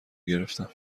گرفتم